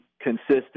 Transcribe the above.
consistent